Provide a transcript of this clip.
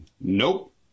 nope